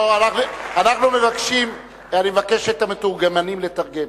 לא, אנחנו מבקשים, אני מבקש מאת המתורגמנים לתרגם: